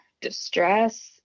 distress